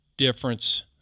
Difference